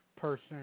person